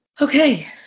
Okay